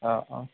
অঁ অঁ